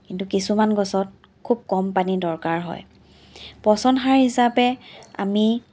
কিন্তু কিছুমান গছত খুব কম পানী দৰকাৰ হয় পচন সাৰ হিচাপে আমি